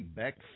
back